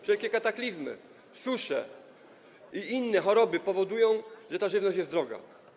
Wszelkie kataklizmy, susze i choroby powodują, że ta żywność jest droga.